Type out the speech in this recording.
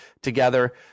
together